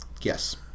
Yes